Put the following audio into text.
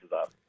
up